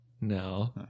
No